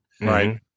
Right